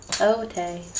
Okay